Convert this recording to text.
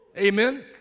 Amen